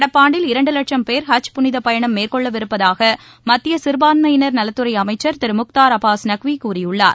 நடப்பாண்டில் இரண்டு வட்சம் பேர் ஹஜ் புனித பயணம் மேற்கொள்ளவிருப்பதாக மத்திய சிறுபான்மையினர் நலத்துறை அமைச்சர் திரு முக்தார் அப்பாஸ் நக்வி கூறியுள்ளார்